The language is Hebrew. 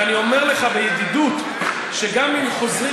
ואני אומר לך בידידות שגם אם חוזרים